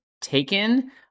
taken